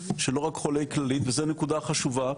ולא רק של חולי כללית וזה נקודה חשובה.